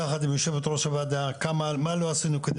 יחד עם יושבת ראש הוועדה מה לא עשינו כדי